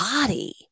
body